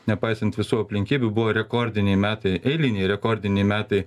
nepaisant visų aplinkybių buvo rekordiniai metai eiliniai rekordiniai metai